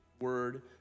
word